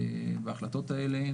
בהחלטות האלה.